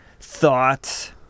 thoughts